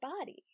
body